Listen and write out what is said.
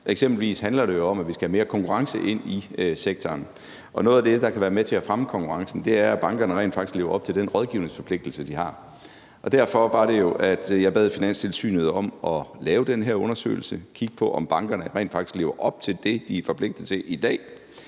Eksempelvis handler det jo om, at vi skal have mere konkurrence ind i sektoren, og noget af det, der kan være med til at fremme konkurrencen, er, at bankerne rent faktisk lever op til den rådgivningsforpligtelse, de har. Derfor bad jeg jo Finanstilsynet om at lave den her undersøgelse og kigge på, om bankerne rent faktisk lever op til det, de i dag er forpligtet til.